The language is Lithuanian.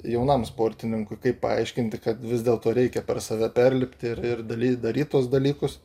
jaunam sportininkui kaip paaiškinti kad vis dėlto reikia per save perlipti ir ir daly daryt tuos dalykus